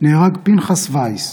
נהרג פנחס וייס,